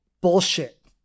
bullshit